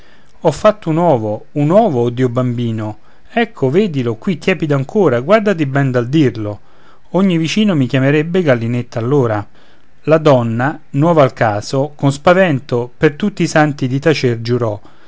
ho fatto un ovo un ovo o dio bambino ecco vedilo qui tiepido ancora guardati ben dal dirlo ogni vicino mi chiamerebbe gallinetta allora la donna nuova al caso con spavento per tutti i santi di tacer giurò